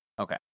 okay